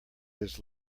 his